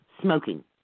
smoking